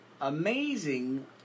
Amazing